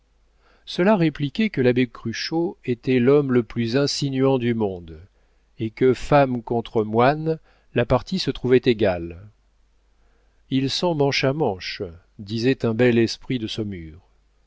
ceux-là répliquaient que l'abbé cruchot était l'homme le plus insinuant du monde et que femme contre moine la partie se trouvait égale ils sont manche à manche disait un bel esprit de saumur